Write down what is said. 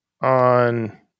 on –